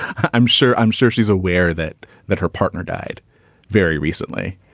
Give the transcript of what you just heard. i'm sure i'm sure she's aware that that her partner died very recently.